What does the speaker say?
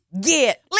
get